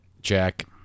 Jack